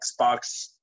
Xbox